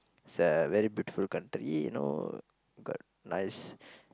it's a very beautiful country you know got nice